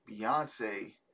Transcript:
Beyonce